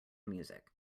music